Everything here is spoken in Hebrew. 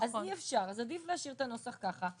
אז אי אפשר, אז עדיף להשאיר את הנוסח ככה.